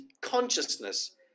consciousness